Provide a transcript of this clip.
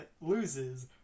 loses